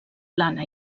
plana